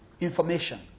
information